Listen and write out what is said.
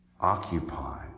occupy